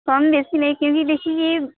कमी बेशी नहीं क्योंकि देखिए ये